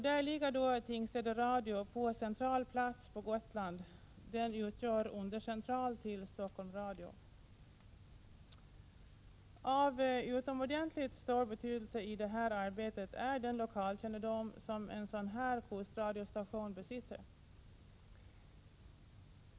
Där ligger då Tingstäde Radio på central plats på Gotland — den utgör undercentral till Stockholm Radio. Av utomordentligt stor betydelse i det här arbetet är den lokalkännedom som en sådan kustradiostation besitter.